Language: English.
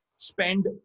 spend